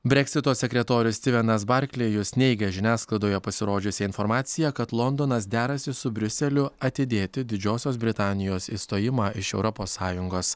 breksito sekretorius stivenas barklėjus neigia žiniasklaidoje pasirodžiusią informaciją kad londonas derasi su briuseliu atidėti didžiosios britanijos išstojimą iš europos sąjungos